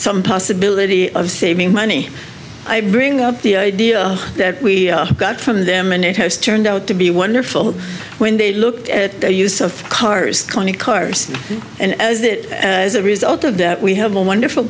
some possibility of saving money i bring up the idea that we got from them and it has turned out to be wonderful when they looked at their use of cars twenty cars and as that as a result of that we have a wonderful